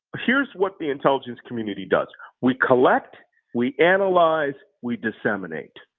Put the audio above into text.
here's what the intelligence community does we collect we analyze we disseminate.